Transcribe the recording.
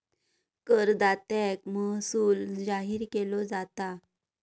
करदात्याक महसूल जाहीर केलो जाता